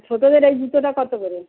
ছোটোদের এই জুতোটা কত করে